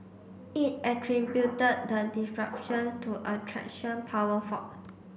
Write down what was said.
it attributed the disruptions to a traction power fault